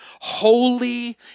holy